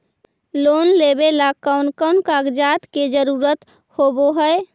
Loan लेबे ला कौन कौन कागजात के जरुरत होबे है?